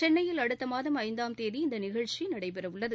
சென்னையில் அடுத்த மாதம் ஐந்தாம் தேதி இநத நிகழ்ச்சி நடைபெறவுள்ளது